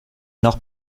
nord